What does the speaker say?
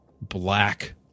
black